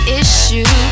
issue